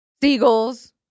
seagulls